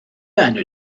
enw